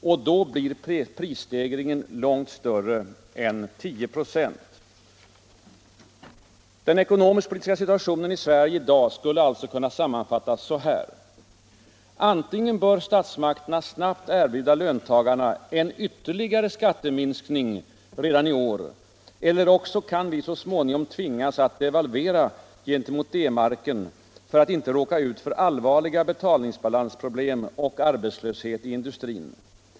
Och då blir prisstegringen långt större än 10 procent”, yttrade Assar Lindbeck och tillade sedan: ”Den ekonomisk-politiska situationen i Sverige i dag skulle alltså kunna sammanfattas så här: Antingen bör statsmakterna snabbt erbjuda löntagarna en ytterligare skatteminskning redan i år, eller också kan vi så småningom tvingas att devalvera gentemot D-marken för att inte råka ut för allvarliga betalningsbalansproblem och arbetslöshet i industrin.